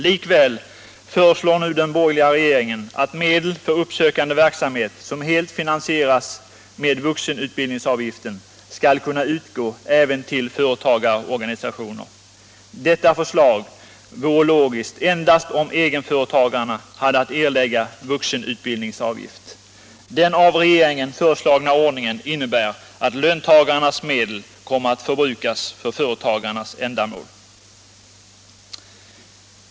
Likväl föreslår nu den borgerliga regeringen att medel för uppsökande verksamhet, som helt finansieras med vuxenutbildningsavgiften, skall kunna utgå även till företagarorganisationer. Detta förslag vore logiskt endast om egenföretagarna hade att erlägga vuxenutbildningsavgift. Den av regeringen föreslagna ordningen innebär att löntagarnas medel kommer att förbrukas för företagarnas ändamål.